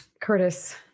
Curtis